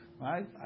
right